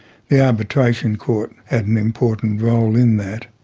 the arbitration court had an important role in that.